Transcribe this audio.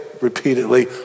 repeatedly